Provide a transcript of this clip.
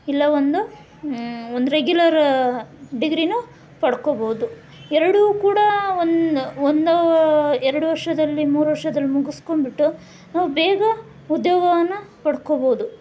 ಇಲ್ಲ ಒಂದು ಒಂದು ರೆಗ್ಯುಲರ್ ಡಿಗ್ರಿನೂ ಪಡ್ಕೋಬೋದು ಎರಡೂ ಕೂಡ ಒಂದು ಒಂದು ಎರಡು ವರ್ಷದಲ್ಲಿ ಮೂರು ವರ್ಷದಲ್ಲಿ ಮುಗಿಸ್ಕೊಂಬಿಟ್ಟು ನಾವು ಬೇಗ ಉದ್ಯೋಗವನ್ನು ಪಡ್ಕೋಬೋದು